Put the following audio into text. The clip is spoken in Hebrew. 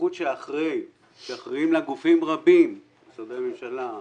ההיערכות שאחרי שאחראים לה גופים רבים משרדי ממשלה,